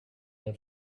have